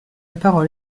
parole